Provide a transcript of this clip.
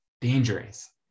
dangerous